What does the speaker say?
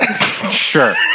Sure